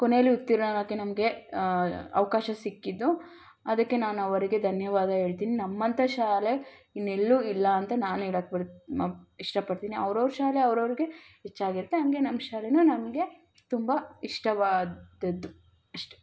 ಕೊನೇಲಿ ಉತ್ತೀರ್ಣರಾಗೋಕ್ಕೆ ನಮಗೆ ಅವಕಾಶ ಸಿಕ್ಕಿದ್ದು ಅದಕ್ಕೆ ನಾನು ಅವರಿಗೆ ಧನ್ಯವಾದ ಹೇಳ್ತಿನ್ ನಮ್ಮಂಥ ಶಾಲೆ ಇನ್ನೆಲ್ಲೂ ಇಲ್ಲ ಅಂತ ನಾನು ಹೇಳಕ್ ಇಷ್ಟಪಡ್ತೀನಿ ಅವ್ರವ್ರ ಶಾಲೆ ಅವ್ರವ್ರಿಗೆ ಇಷ್ಟ ಆಗಿರುತ್ತೆ ಹಂಗೆ ನಮ್ಮ ಶಾಲೇನೂ ನಮಗೆ ತುಂಬ ಇಷ್ಟವಾದದ್ದು ಅಷ್ಟೆ